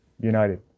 united